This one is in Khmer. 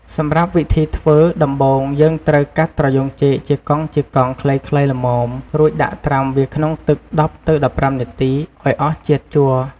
សម្រាប់វិធីធ្វើ ដំបូងយើងត្រូវ កាត់ត្រយូងចេកជាកង់ៗ ខ្លីៗល្មម រួចដាក់ត្រាំវាក្នុងទឹក១០ទៅ១៥នាទីអោយអស់ជាតិជ័រ។